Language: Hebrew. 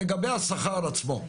לגבי השכר על עצמו.